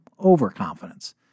overconfidence